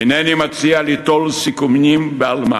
אינני מציע ליטול סיכונים בעלמא,